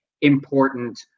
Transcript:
important